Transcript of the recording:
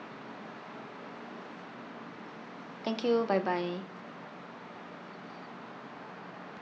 thank you bye bye